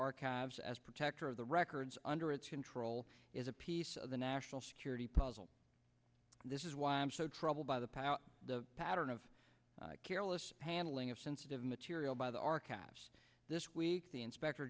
archives as protector of the records under its control is a piece of the national security puzzle this is why i'm so troubled by the pow the pattern of careless handling of sensitive material by the archives this week the inspector